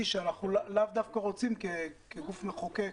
שאנחנו לאו דווקא רוצים כגוף מחוקק